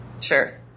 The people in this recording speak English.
Sure